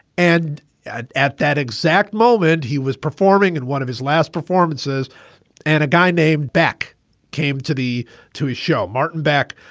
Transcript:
and at at that exact moment, he was performing and one of his last performances and a guy named beck came to the to his show. martin back,